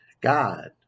God